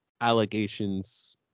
allegations